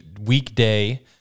weekday